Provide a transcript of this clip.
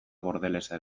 bordelesa